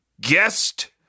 guest